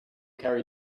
carry